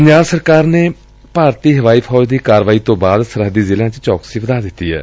ਪੰਜਾਬ ਸਰਕਾਰ ਨੇ ਭਾਰਤੀ ਹਵਾਈ ਫੌਜ ਦੀ ਕਾਰਵਾਈ ਤੋਂ ਬਾਅਦ ਸਰਹੱਦੀ ਜ਼ਿਲਿਆਂ ਚ ਚੌਕਸੀ ਵਧਾ ਦਿੱਤੀ ਏ